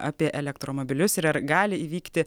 apie elektromobilius ir ar gali įvykti